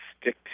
stick